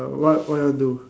what what you want do